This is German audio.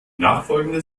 nachfolgende